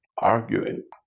arguing